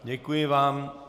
Děkuji vám.